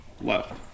Left